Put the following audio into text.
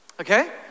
Okay